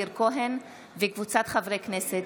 מאיר כהן וקבוצת חברי הכנסת.